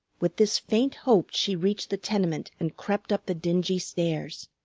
with this faint hope she reached the tenement and crept up the dingy stairs.